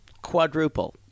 Quadruple